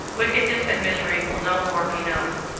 wickedness and misery will no more be known,